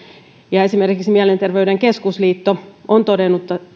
ja esimerkiksi mielenterveyden keskusliitto on todennut